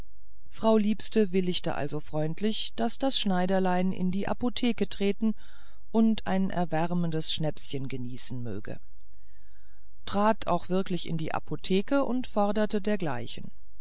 frau liebste bewilligte also freundlich daß das schneiderlein in die apotheke treten und ein erwärmendes schnäpschen genießen möge trat auch wirklich in die apotheke und forderte dergleichen